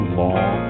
long